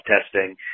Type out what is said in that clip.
testing